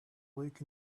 week